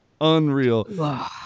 unreal